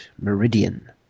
Meridian